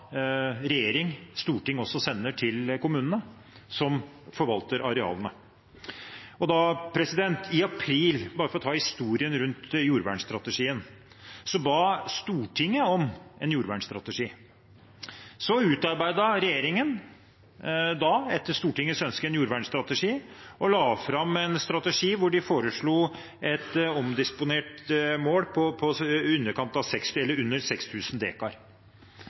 regjering og storting sender til kommunene, som forvalter arealene. I april 2014 – for bare å ta historien rundt jordvernstrategien – ba Stortinget om en jordvernstrategi. Regjeringen utarbeidet etter Stortingets ønske en jordvernstrategi og la fram en strategi hvor de foreslo et omdisponert mål på